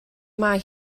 mae